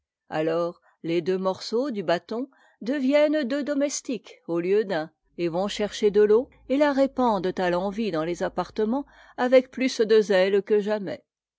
alors les deux morceaux du bâton deviennent deux domestiques au lieu d'un et vont chercher de l'eau et la répandent à l'envi dans les appartements avec plus de zèle que jamais